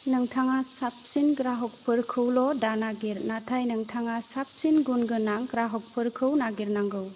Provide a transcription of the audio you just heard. नोंथाङा साबसिन ग्राहकफोरखौल' दा नागिर नाथाइ नोंथाङा साबसिन गुन गोनां ग्राहकफोरखौ नागिरनांगौ